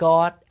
God